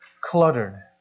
cluttered